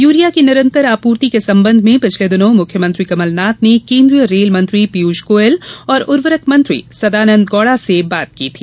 urea की निरंतर आपूर्ति के संबंध में पिछले दिनों मुख्यमंत्री कमल नाथ ने केन्द्रीय रेल मंत्री पीयूष गोयल और उर्वरक मंत्री सदानंद गौड़ा से बात की थी